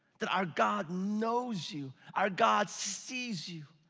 that our god knows you. our god sees you.